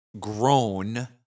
grown